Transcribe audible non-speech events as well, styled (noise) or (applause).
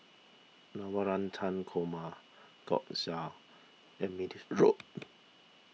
Navratan Korma Gyoza and (unintelligible) (noise)